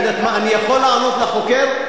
אתה מתחנף לקראת החקירה.